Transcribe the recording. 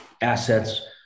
assets